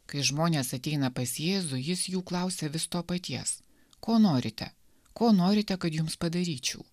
kai žmonės ateina pas jėzų jis jų klausia vis to paties ko norite ko norite kad jums padaryčiau